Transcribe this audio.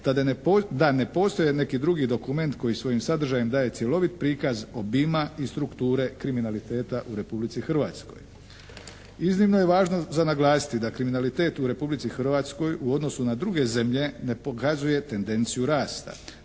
da ne postoje neki drugi dokument koji svojim sadržajem daje cjelovit prikaz obijma i strukture kriminaliteta u Republici Hrvatskoj. Iznimno je važno za naglasiti da kriminalitet u Republici Hrvatskoj u odnosu na druge zemlje ne pokazuje tendenciju rasta.